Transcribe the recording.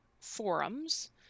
forums